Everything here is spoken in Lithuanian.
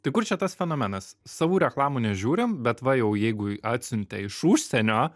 tai kur čia tas fenomenas savų reklamų nežiūrim bet va jau jeigu atsiuntė iš užsienio